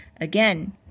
Again